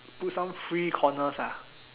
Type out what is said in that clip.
put some free corners ah